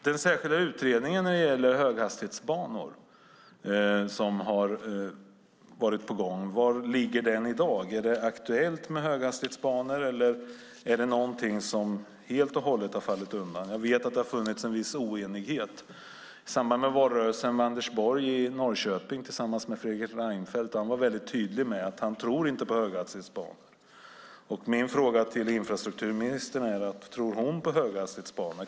Den särskilda utredning om höghastighetsbanor som har varit på gång, var befinner den sig i dag? Är det aktuellt med höghastighetsbanor eller är det något som helt har fallit undan? Jag vet att det har funnits en viss oenighet. I samband med valrörelsen var Anders Borg i Norrköping tillsammans med Fredrik Reinfeldt, och han var mycket tydlig med att han inte tror på höghastighetsbanor. Min fråga till infrastrukturministern är: Tror infrastrukturministern på höghastighetsbanor?